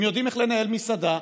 יודעים איך לנהל מסעדה,